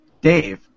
Dave